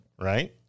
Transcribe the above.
right